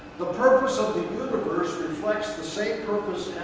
the purpose of the universe reflects the same purpose